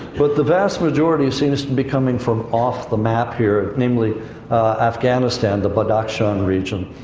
but the vast majority seems to be coming from off the map, here, namely afghanistan, the badakhshan region.